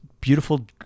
beautiful